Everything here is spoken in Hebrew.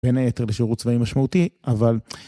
בין היתר לשירות צבאי משמעותי, אבל...